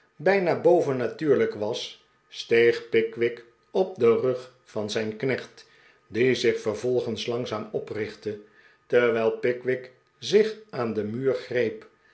bijna bovennatuurlijk was steeg pickwick op den rug van zijn knecht die zich vervolgens langzaam oprichtte terwijl pickwick zich aan den muur greep